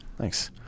Thanks